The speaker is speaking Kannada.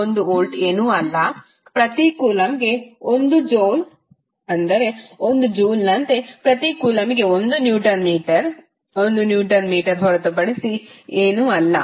1 ವೋಲ್ಟ್ ಏನೂ ಅಲ್ಲ ಪ್ರತಿ ಕೂಲಂಬ್ಗೆ 1 ಜೌಲ್ ಅಂದರೆ 1 ಜೂಲ್ನಂತೆ ಪ್ರತಿ ಕೂಲಂಬ್ಗೆ 1 ನ್ಯೂಟನ್ ಮೀಟರ್ 1 ನ್ಯೂಟನ್ ಮೀಟರ್ ಹೊರತುಪಡಿಸಿ ಏನೂ ಅಲ್ಲ